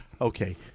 Okay